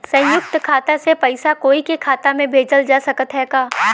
संयुक्त खाता से पयिसा कोई के खाता में भेजल जा सकत ह का?